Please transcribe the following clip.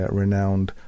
renowned